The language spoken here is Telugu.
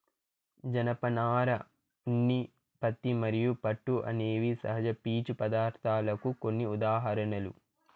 జనపనార, ఉన్ని, పత్తి మరియు పట్టు అనేవి సహజ పీచు పదార్ధాలకు కొన్ని ఉదాహరణలు